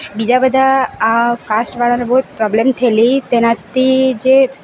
બીજા બધા આ કાસ્ટવાળાને બહુ જ પ્રોબ્લ્મ થયેલી તેનાથી જે